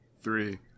three